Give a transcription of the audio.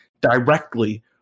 directly